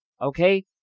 Okay